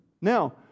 Now